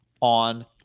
on